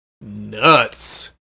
nuts